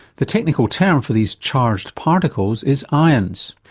the technical term for these charged particles is ions.